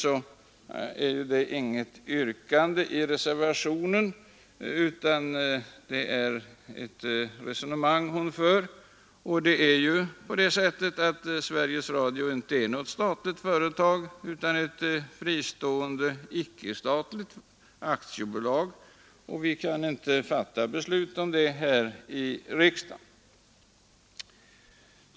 Om detta finns det inget yrkande i reservationen, utan det är bara ett resonemang som hon för. Men Sveriges Radio är inte något statligt företag, utan ett fristående icke-statligt aktiebolag, och vi kan därför inte fatta beslut om det här i riksdagen.